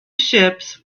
ships